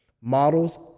models